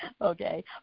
okay